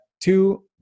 two